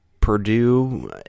Purdue